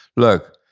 look,